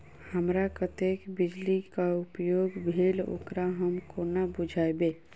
हमरा कत्तेक बिजली कऽ उपयोग भेल ओकर हम कोना बुझबै?